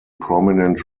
prominent